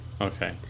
Okay